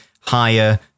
higher